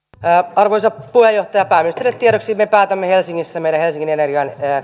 arvoisa puheenjohtaja pääministerille tiedoksi että me päätämme helsingissä meidän helsingin energian